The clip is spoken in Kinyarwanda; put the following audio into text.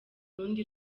rundi